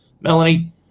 Melanie